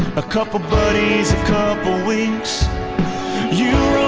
a couple buddies, a couple weeks you